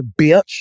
bitch